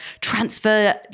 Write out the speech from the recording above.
transfer